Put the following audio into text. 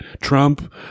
Trump